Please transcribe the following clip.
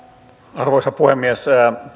arvoisa puhemies